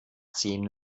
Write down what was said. zehn